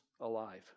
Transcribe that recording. alive